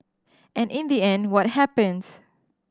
and in the end what happens